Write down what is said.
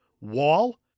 wall